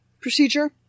procedure